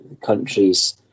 countries